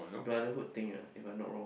brotherhood thing ah if I'm not wrong